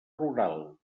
rural